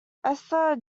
esther